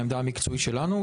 העמדה המקצועית שלנו,